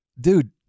dude